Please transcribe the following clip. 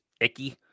icky